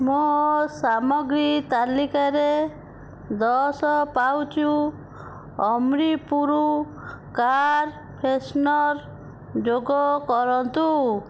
ମୋ ସାମଗ୍ରୀ ତାଲିକାରେ ଦଶ ପାଉଚ୍ ଅମ୍ରିପୁରୁ କାର୍ ଫ୍ରେଶନର୍ ଯୋଗ କରନ୍ତୁ